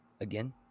Again